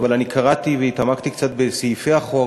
אבל אני קראתי והתעמקתי קצת בסעיפי החוק